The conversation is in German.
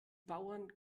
bauern